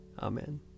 Amen